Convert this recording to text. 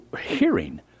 hearing